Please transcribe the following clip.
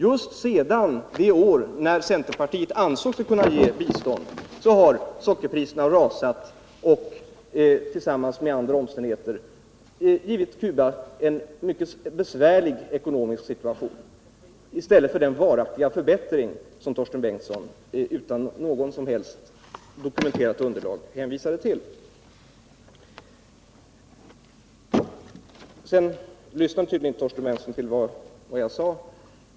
Just efter det år då centerpartiet ansåg sig kunna ge bistånd har sockerpriserna rasat, vilket tillsammans med andra omständigheter har givit Cuba en mycket besvärlig ekonomisk situation i stället för den varaktiga förbättring som Torsten Bengtson utan något som helst dokumenterat underlag hänvisade till. Sedan lyssnade tydligen inte Torsten Bengtson till vad jag sade.